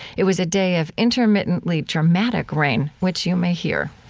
it was a day of intermittently dramatic rain, which you may hear